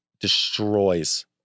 destroys